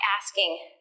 asking